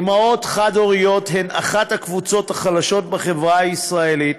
אימהות חד-הוריות הן אחת הקבוצות החלשות בחברה הישראלית,